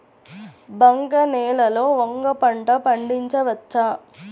బంక నేలలో వంగ పంట పండించవచ్చా?